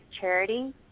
charity